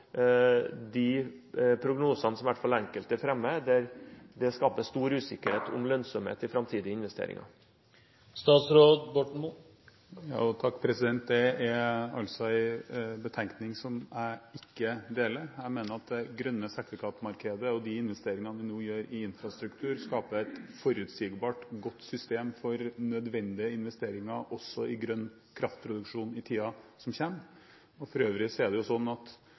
de prognosene som i hvert fall enkelte fremmer? Det skaper stor usikkerhet om lønnsomhet i framtidige investeringer. Det er en betenkning som jeg ikke deler. Jeg mener at det grønne sertifikat-markedet og de investeringene vi nå gjør i infrastruktur, skaper et forutsigbart, godt system for nødvendige investeringer også i grønn kraftproduksjon i tiden som kommer. For øvrig er det sånn at en av de tingene som er veldig bra med det grønne sertifikat-systemet, er at